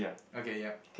okay yup